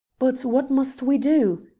but what must we do?